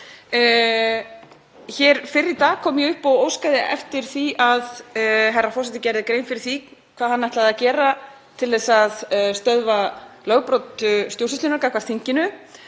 Hér fyrr í dag kom ég upp og óskaði eftir því að herra forseti gerði grein fyrir því hvað hann ætlaði að gera til að stöðva lögbrot stjórnsýslunnar gagnvart þinginu